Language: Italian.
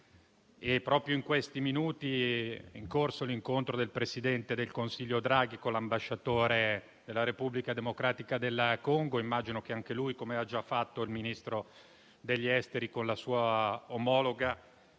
Proprio in questi minuti è in corso l'incontro del presidente del Consiglio Draghi con l'ambasciatore della Repubblica Democratica del Congo. Immagino che anch'egli, come ha già fatto ilMinistro degli affari esteri e della